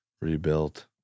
rebuilt